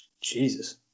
Jesus